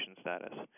status